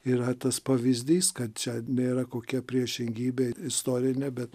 yra tas pavyzdys kad čia nėra kokia priešingybė istorinė bet